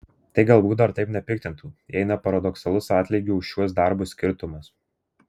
tai galbūt dar taip nepiktintų jei ne paradoksalus atlygių už šiuos darbus skirtumas